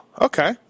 okay